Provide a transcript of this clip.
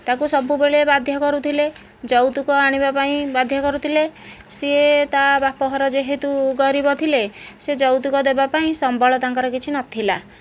ତାକୁ ସବୁବେଳେ ବାଧ୍ୟ କରୁଥିଲେ ଯୌତୁକ ଆଣିବାପାଇଁ ବାଧ୍ୟ କରୁଥିଲେ ସିଏ ତା ବାପଘର ଯେହେତୁ ଗରିବ ଥିଲେ ସେ ଯୌତୁକ ଦେବା ପାଇଁ ସମ୍ବଳ ତାଙ୍କର କିଛି ନଥିଲା